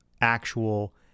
actual